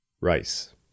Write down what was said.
Rice